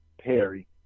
Perry